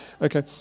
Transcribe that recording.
Okay